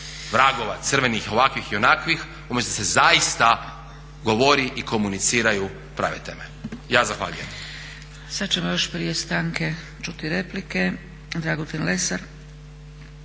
vragova crvenih, ovakvih ili onakvih umjesto da se zaista govori i komuniciraju prave teme. Ja zahvaljujem.